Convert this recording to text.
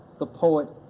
the poet,